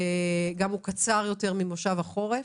שהוא גם קצר יותר ממושב החורף,